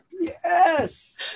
Yes